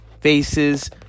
Faces